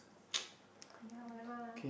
!aiya! whatever lah